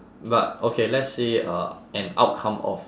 but okay let's say a an outcome of